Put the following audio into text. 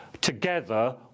Together